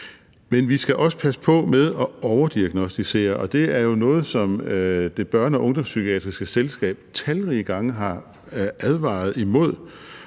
vi skal også passe på med at overdiagnosticere, og det er jo noget, som Børne- og Ungdomspsykiatrisk Selskab talrige gange har advaret imod,